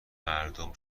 مردم